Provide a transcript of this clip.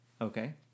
Okay